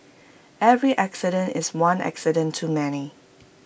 every accident is one accident too many